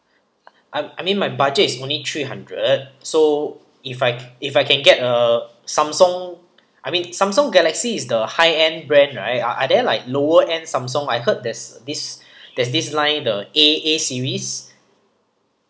I I mean my budget is only three hundred so if I ca~ if I can get a samsung I mean Samsung galaxy is the high end brand right are are there like lower brand samsung I heard there's this there's this line the A A series